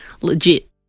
legit